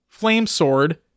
Flamesword